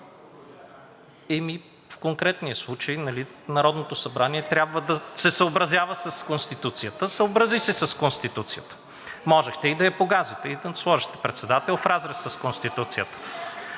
Ами в конкретния случай нали Народното събрание трябва да се съобразява с Конституцията? Съобрази се с Конституцията. Можехте и да я погазите и да сложите председател в разрез с Конституцията.